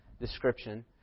description